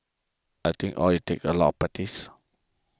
I think all it takes a lot practice